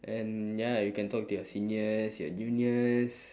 and ya you can talk to your seniors your juniors